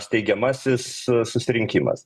steigiamasis susirinkimas